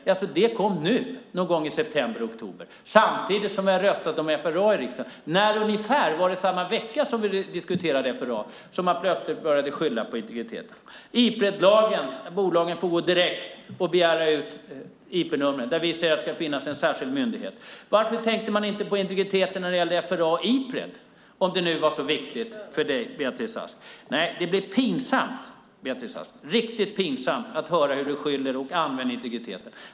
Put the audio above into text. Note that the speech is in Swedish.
Jaså, det kom nu någon gång i september eller oktober samtidigt som vi har röstat om FRA i riksdagen. När ungefär? Var det samma vecka som vi diskuterade FRA som man plötsligt började skylla på integriteten? Enligt Ipredlagen får bolagen gå direkt och begära ut IP-nummer. Vi säger att det ska finnas en särskild myndighet. Varför tänkte man inte på integriteten när det gällde FRA och Ipred, om det var så viktigt för dig, Beatrice Ask? Det blir pinsamt, Beatrice Ask, riktigt pinsamt att höra hur du skyller på och använder integriteten.